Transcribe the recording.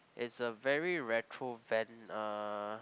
it's a very retro van uh